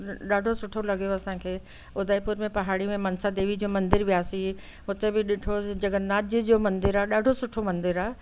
ॾाढो सुठो लॻियो असांखे उदयपुर में पहाड़ी में मंसा देवी जो मंदरु वियासीं हुते बि ॾिठोसीं जगन्नाथ जी जो मंदरु आहे ॾाढो सुठो मंदरु आहे